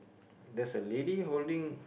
there's a lady holding